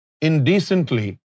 indecently